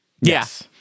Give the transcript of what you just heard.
Yes